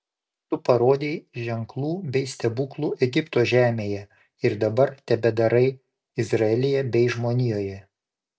tu parodei ženklų bei stebuklų egipto žemėje ir dabar tebedarai izraelyje bei žmonijoje